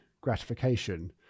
gratification